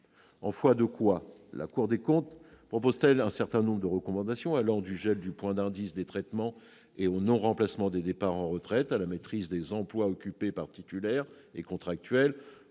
En foi de quoi la Cour des comptes propose-t-elle un certain nombre de recommandations allant du gel du point d'indice des traitements et du non-remplacement des départs en retraite à la maîtrise des emplois occupés par les titulaires et contractuels